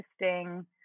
interesting